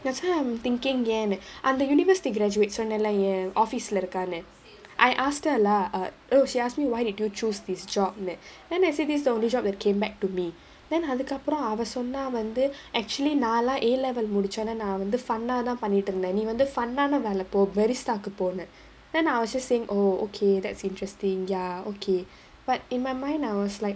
that's why I'm thinking ஏனு அந்த:yaenu andha university graduates சொன்னே:sonnae lah என்:en office lah இருக்கானு:irukkaanu I asked her lah err oh she ask me why did you choose this job leh then they say this is the only job that came back to me then அதுக்கப்பறம் அவ சொன்னா வந்து:athukkapparam ava sonnaa vandhu actually நா எல்லா:naa ellaa A level முடிச்சோன நா வந்து:mudichona naa vandhu fun ah பண்ணிடிருந்த நீ வந்து:pannitiruntha nee vandhu fun ஆன வேல போ:aana vaela po verisa போனு:ponu then I was just saying oh okay that's interesting ya okay but in my mind I was like